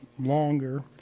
longer